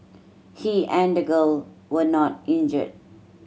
he and the girl were not injured